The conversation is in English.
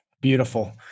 Beautiful